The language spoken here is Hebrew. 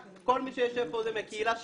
כל מי שיושב פה זה מהקהילה שלי.